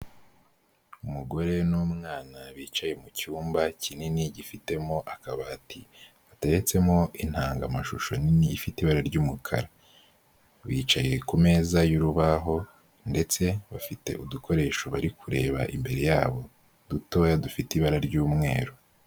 Umugore n'umwana bicaye mu cyumba kinini gifitemo akabati bateretsemo intangamashusho nini ifite ibara ry'umukara, bicaye ku meza y'urubaho ndetse bafite udukoresho bari kureba imbere yabo dutoya dufite ibara ry'umweru.